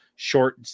short